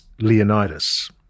Leonidas